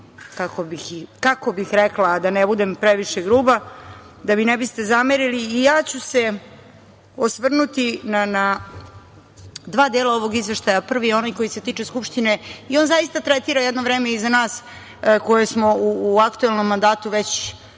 kako bih rekla, a da ne budem previše gruba, da mi ne biste zamerili i ja ću se osvrnuti na dva dela ovog izveštaja. Prvi je onaj koji se tiče Skupštine i on zaista tretira jedno vreme iza nas koje smo u aktuelnom mandatu već